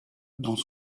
dans